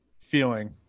feeling